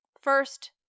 First